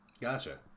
Gotcha